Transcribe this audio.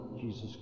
Jesus